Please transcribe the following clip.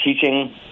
teaching